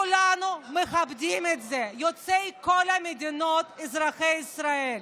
החוק הזה פוגע בכבוד ההדדי בין אזרחי ישראל.